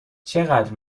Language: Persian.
چقدر